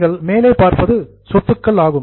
நீங்கள் மேலே பார்ப்பது சொத்துக்கள் ஆகும்